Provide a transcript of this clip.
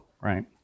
Right